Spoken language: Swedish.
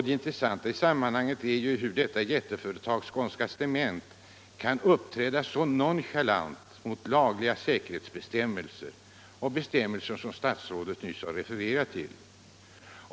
Det intressanta i sammanhanget är att ett jätteföretag som Skånska Cement helt kan nonchalera säkerhetsbestämmelserna, som statsrådet nyss refererat.